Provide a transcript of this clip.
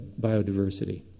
biodiversity